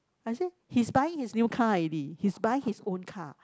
but he say he's buying his new car already he's buying his own car